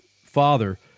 father